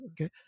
okay